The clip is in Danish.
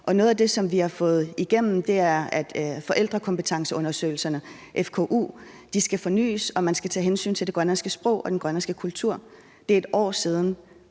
noget af det, vi har fået igennem, er, at forældrekompetenceundersøgelserne, altså fku'erne, skal fornyes, og at man skal tage hensyn til det grønlandske sprog og den grønlandske kultur. Det er et år siden,